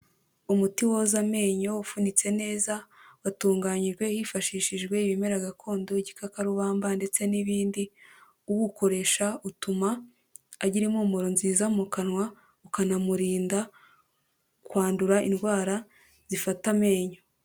Umuti woza amenyo, ufunitse neza, watunganyijwe hifashishijwe ibimera gakondo, igikakarubamba ndetse n'ibindi, uwukoresha utuma agira impumuro nziza mu kanwa, ukanamurinda kwandura indwara, zifata amenyo.